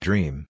Dream